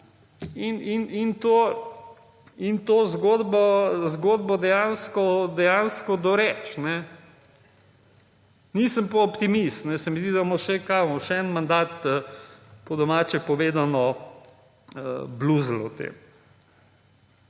in to zgodbo dejansko doreči. Nisem pa optimist se mi zdi, da bomo še eden mandat po domače povedano bluzili o tem